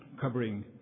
covering